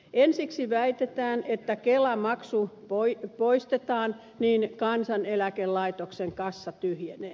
ensiksi väitetään että jos kelamaksu poistetaan niin kansaneläkelaitoksen kassa tyhjenee